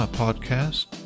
podcast